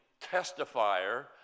testifier